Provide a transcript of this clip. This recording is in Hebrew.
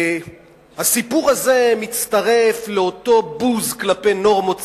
הסיפור הזה מצטרף לאותו בוז כלפי נורמות ציבוריות,